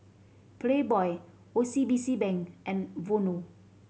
Playboy O C B C Bank and Vono